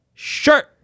Shirt